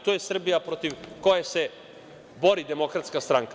To je Srbija protiv koje se bori Demokratska stranka.